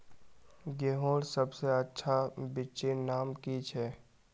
गेहूँर सबसे अच्छा बिच्चीर नाम की छे?